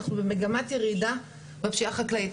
אנחנו במגמת ירידה בפשיעה החקלאית.